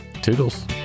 Toodles